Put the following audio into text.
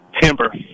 timber